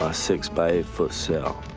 ah six-by-eight-foot cell.